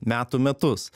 metų metus